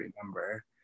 remember